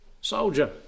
soldier